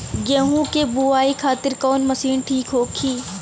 गेहूँ के बुआई खातिन कवन मशीन ठीक होखि?